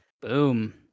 boom